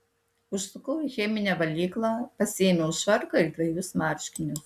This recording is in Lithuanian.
užsukau į cheminę valyklą pasiėmiau švarką ir dvejus marškinius